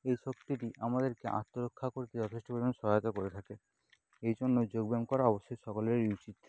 এই শক্তিটি আমাদেরকে আত্মরক্ষা করতে যথেষ্ট পরিমাণ সহায়তা করে থাকে এই জন্য যোগব্যায়াম করা অবশ্যই সকলেরই উচিত